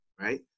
Right